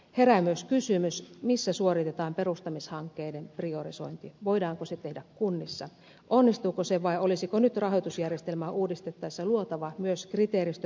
herää myös kysymys missä suoritetaan perustamishankkeiden priorisointi voidaanko se tehdä kunnissa onnistuuko se vai olisiko nyt rahoitusjärjestelmää uudistettaessa luotava myös kriteeristö priorisointiin